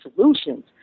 solutions